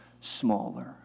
smaller